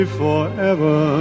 forever